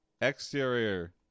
Exterior